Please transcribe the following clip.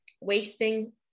wasting